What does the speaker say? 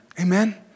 Amen